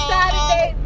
Saturday